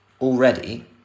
Already